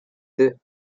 deux